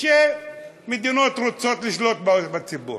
שרוצות לשלוט בציבור.